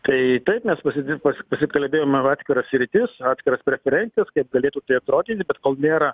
tai taip mes pasid pasikalbėjom apie atskiras sritis atskiras preferencijas kaip galėtų atrodyti bet kol nėra